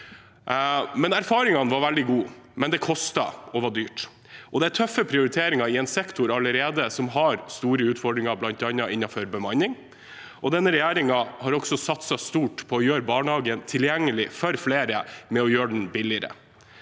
Erfaringen var veldig god, men det kostet og var dyrt. Det er allerede tøffe prioriteringer i en sektor som har store utfordringer bl.a. med bemanning. Denne regjeringen har også satset stort på å gjøre barnehage tilgjengelig for flere ved å gjøre den billigere.